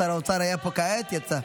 שר האוצר היה פה כעת, יצא.